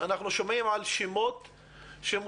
אנחנו שומעים על שמות שמוצגים,